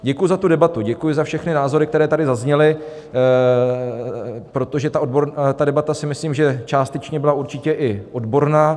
Děkuji za debatu, děkuji za všechny názory, které tady zazněly, protože ta debata si myslím, že částečně byla určitě i odborná.